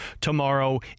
tomorrow